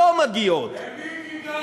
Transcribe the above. לא מגיעות, למי כדאי?